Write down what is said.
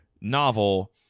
novel